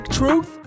truth